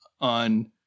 on